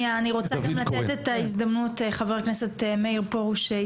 אני מבקשת לתת את רשות הדיבור למאיר פרוש,